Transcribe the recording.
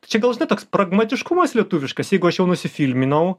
tai čia gal žinai toks pragmatiškumas lietuviškas jeigu aš jau nusifilminau